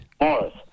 morris